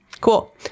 cool